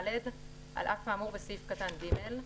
על אף האמור בסעיף קטן (ג),